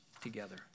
together